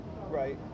right